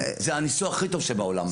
זה הניסוח הכי טוב שבעולם.